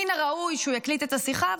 מן הראוי שהוא יקליט את השיחה.